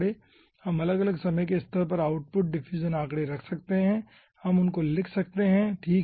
हम अलग अलग समय के स्तर पर आउटपुट डिफ्यूजन आँकड़े रख सकते हैं हम उनको लिख सकते हैं ठीक है